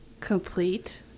complete